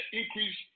increase